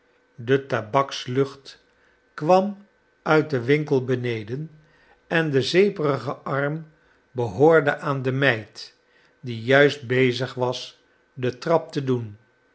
de tabakslucht kwam uit den winkel beneden en de zeeperige arm behoorde aan de meid die juist bezig was de trap te doen